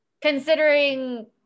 Considering